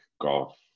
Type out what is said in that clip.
golf